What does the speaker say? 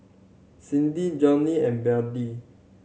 Cindy Jordy and Bette